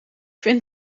vind